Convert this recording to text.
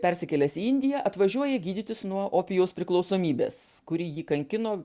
persikėlęs į indiją atvažiuoja gydytis nuo opijaus priklausomybės kuri jį kankino